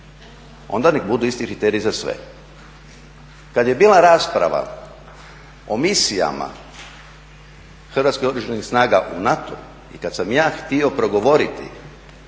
Onda nek budu isti kriteriji za sve. Kad je bila rasprava o misijama Hrvatskih Oružanih snaga u NATO-u i kad sam ja htio progovoriti